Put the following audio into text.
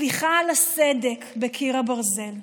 סליחה על הסדק בקיר הברזל.